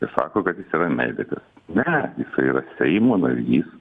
jis sako kad jis yra medikas ne jisai yra seimo narys